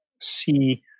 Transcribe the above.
see